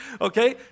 okay